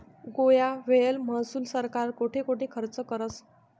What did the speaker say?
गोया व्हयेल महसूल सरकार कोठे कोठे खरचं करस?